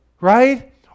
Right